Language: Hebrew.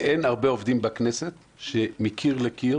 אין הרבה עובדים בכנסת שמקיר לקיר